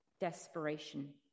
desperation